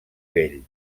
vell